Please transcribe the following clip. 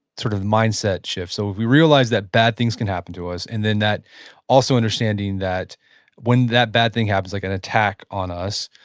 sort of mindset shift. so, if we realize that bad things can happen to us and then also understanding that when that bad thing happens, like an attack on us,